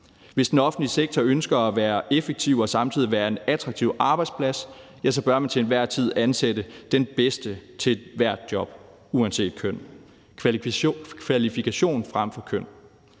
Hvis den offentlige sektor ønsker at være en effektiv og samtidig attraktiv arbejdsplads, bør man til enhver tid ansætte den bedste til ethvert job uanset køn: kvalifikation frem for køn.